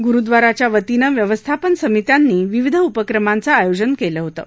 गुरुद्वाराच्या वतीने व्यवस्थापन समित्यांनी विविध उपक्रमांचं आयोजन केलं होतं